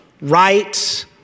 right